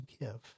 give